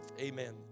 amen